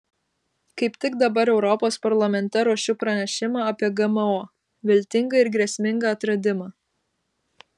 kaip tik dabar europos parlamente ruošiu pranešimą apie gmo viltingą ir grėsmingą atradimą